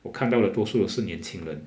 我看到的多数的是年轻人